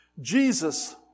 Jesus